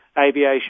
aviation